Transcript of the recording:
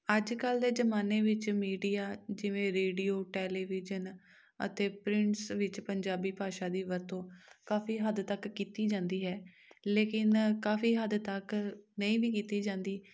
ਅੱਜ ਕੱਲ੍ਹ ਦੇ ਜ਼ਮਾਨੇ ਵਿੱਚ ਮੀਡੀਆ ਜਿਵੇਂ ਰੇਡੀਓ ਟੈਲੀਵੀਜ਼ਨ ਅਤੇ ਪਰਿੰਟਸ ਵਿੱਚ ਪੰਜਾਬੀ ਭਾਸ਼ਾ ਦੀ ਵਰਤੋਂ ਕਾਫ਼ੀ ਹੱਦ ਤੱਕ ਕੀਤੀ ਜਾਂਦੀ ਹੈ ਲੇਕਿਨ ਕਾਫ਼ੀ ਹੱਦ ਤੱਕ ਨਹੀਂ ਵੀ ਕੀਤੀ ਜਾਂਦੀ